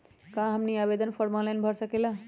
क्या हमनी आवेदन फॉर्म ऑनलाइन भर सकेला?